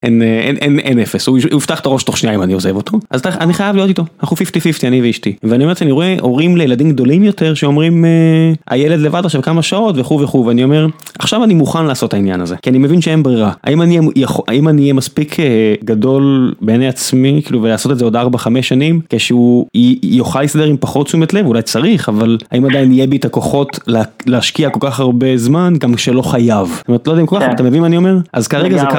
אין אין אין אין אפס הוא יפתח את הראש תוך שניה אם אני עוזב אותו אז אני חייב להיות איתו אנחנו 50 50 אני ואשתי ואני רואה הורים לילדים גדולים יותר שאומרים הילד לבד עכשיו כמה שעות וכו וכו אני אומר עכשיו אני מוכן לעשות העניין הזה כי אני מבין שאין ברירה האם אני, האם אני יהיה מספיק גדול בעיני עצמי כאילו לעשות את זה עוד ארבע חמש שנים כשהוא יוכל להתסדר עם פחות תשומת לב אולי צריך אבל אם עדיין יהיה בי את הכוחות להשקיע כל כך הרבה זמן גם שלא חייב,